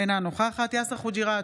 אינה נוכחת יאסר חוג'יראת,